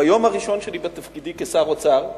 ביום הראשון שלי בתפקידי כשר האוצר,